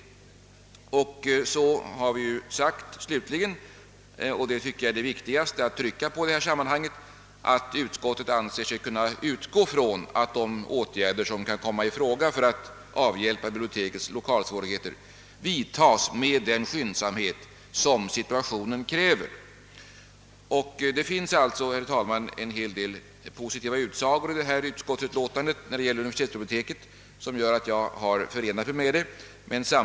Slutligen säger utskottet — vilket vi anser vara det viktigaste i detta sammanhang — att utskottet anser sig kunna utgå från att de åtgärder, som kan komma i fråga för att avhjälpa bibliotekets lokalsvårigheter, vidtas med den skyndsamhet som situationen kräver. Det finns alltså, herr talman, en hel del positiva utsagor i utskottsutlåtandet när det gäller universitetsbiblioteket, vilket gör att jag kunnat förena mig med utskottets majoritet.